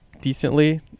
decently